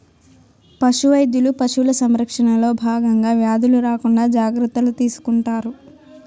పశు వైద్యులు పశువుల సంరక్షణలో భాగంగా వ్యాధులు రాకుండా జాగ్రత్తలు తీసుకుంటారు